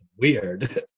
weird